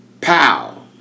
pow